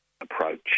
approach